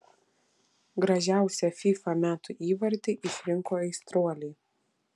gražiausią fifa metų įvartį išrinko aistruoliai